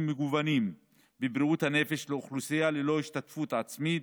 מגוונים בבריאות הנפש לאוכלוסייה ללא השתתפות עצמית,